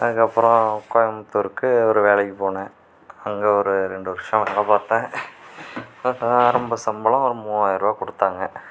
அதுக்கப்புறம் கோயம்புத்தூருக்கு ஒரு வேலைக்கு போனேன் அங்கே ஒரு ரெண்டு வருஷம் அங்கே பார்த்தேன் கரெக்டாக ஆரம்ப சம்பளம் ஒரு மூவயார ரூபா கொடுத்தாங்க